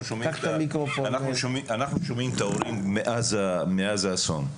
אנחנו שומעים את ההורים מאז האסון,